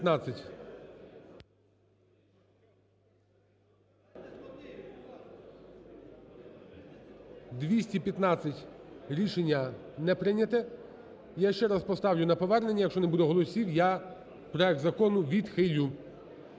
215, рішення не прийнято. Я ще раз поставлю на повернення, якщо не буде голосів – я проект закону відхилю.